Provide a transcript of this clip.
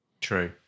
True